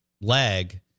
leg